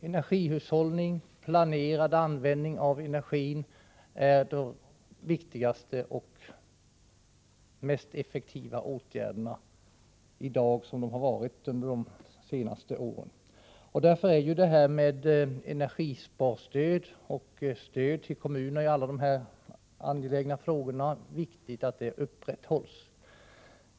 Energihushållning, planerad användning av energi, är den viktigaste och mest effektiva åtgärden i dag liksom den varit under de senaste åren. Därför är det viktigt att energisparstöd och stöd till kommunerna i alla dessa angelägna frågor upprätthålls.